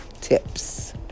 Tips